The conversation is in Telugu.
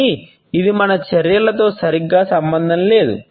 కానీ ఇది మన చర్చలతో సరిగ్గా సంబంధం లేదు